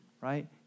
right